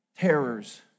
terrors